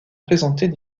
présentées